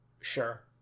sure